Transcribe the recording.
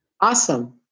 Awesome